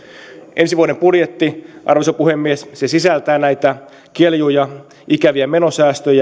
ensi vuoden budjetti arvoisa puhemies sisältää näitä keljuja ikäviä menosäästöjä